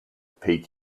peek